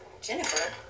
jennifer